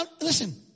listen